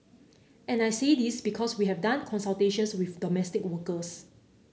and I say this because we have done consultations with domestic workers